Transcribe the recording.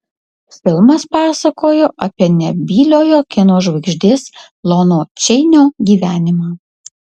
filmas pasakojo apie nebyliojo kino žvaigždės lono čeinio gyvenimą